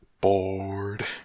Bored